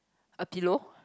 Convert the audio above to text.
a pillow